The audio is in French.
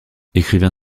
écrivain